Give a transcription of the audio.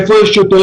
איפה יש יותר,